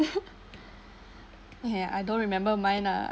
!hey! I don't remember mine lah